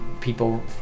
people